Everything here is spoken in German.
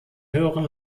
höheren